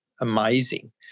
amazing